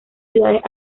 ciudades